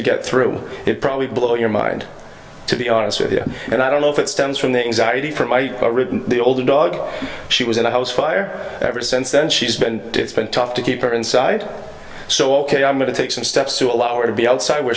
to get through it probably blow your mind to be honest with you and i don't know if it stems from the anxiety from my the older dog she was in a house fire ever since then she's been disciplined tough to keep her inside so ok i'm going to take some steps to allow her to be outside where